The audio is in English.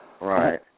Right